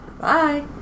Bye